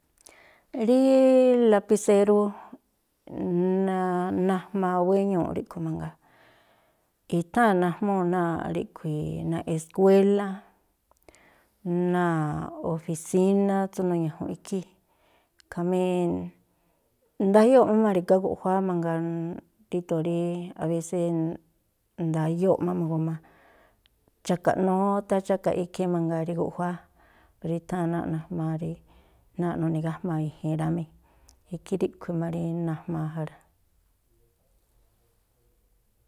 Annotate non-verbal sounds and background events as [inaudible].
Khrí lapisérú, [hesitation] najmaa wéñuuꞌ ríꞌkhui̱ mangaa, i̱tháa̱n najmúu̱ náa̱ꞌ ríꞌkhui̱ náa̱ꞌ eskuélá, náa̱ꞌ ofisíná tsú nuñajunꞌ ikhí, khamí ndayóo̱ má ma̱ri̱gá guꞌjuáá mangaa ríndo̱o rí abésé ndayóo̱ꞌ má ma̱gu̱ma chákaꞌ nótá chákaꞌ ikhí mangaa rí guꞌjuáá, [unintelligible] i̱tháa̱n náa̱ꞌ najmaa rí nuni̱gajma̱a̱ rámí, ikhí ríꞌkhui̱ má najmaa ja rá. ayá mbá motór drígóo̱ rí refrijeradór mangaa, numuu rí mañajunꞌ motór ríꞌkhui̱ rá, ndayóo̱ꞌ aguꞌ xúꞌkhui̱ rá.